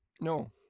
No